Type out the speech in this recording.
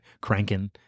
cranking